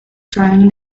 surrounding